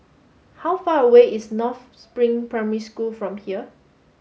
how far away is North Spring Primary School from here